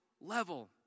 level